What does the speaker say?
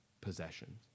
possessions